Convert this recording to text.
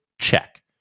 check